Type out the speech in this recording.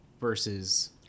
versus